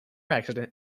accident